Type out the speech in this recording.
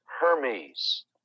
Hermes